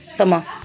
ਸਮਾਂ